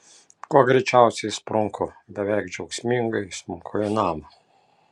kuo greičiausiai sprunku beveik džiaugsmingai įsmunku į namą